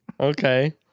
Okay